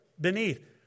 beneath